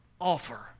offer